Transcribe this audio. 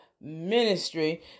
Ministry